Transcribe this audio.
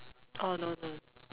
oh no no no